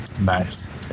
Nice